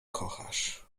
kochasz